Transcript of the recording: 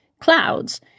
clouds